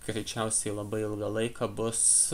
greičiausiai labai ilgą laiką bus